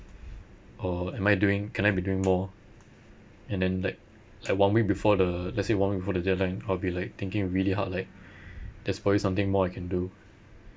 or am I doing can I be doing more and then like like one week before the let's say one week before the deadline I'll be like thinking really hard like there's probably something more I can do